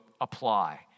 apply